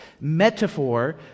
metaphor